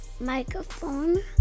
microphone